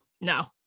No